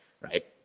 right